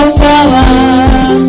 power